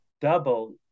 double